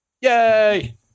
Yay